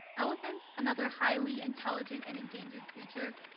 elephants, another highly intelligent and endangered creature,